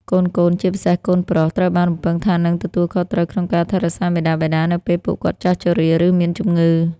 កូនៗ ជាពិសេសកូនប្រុស ត្រូវបានរំពឹងថានឹងទទួលខុសត្រូវក្នុងការថែរក្សាមាតាបិតា នៅពេលពួកគាត់ចាស់ជរា ឬមានជំងឺ។